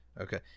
Okay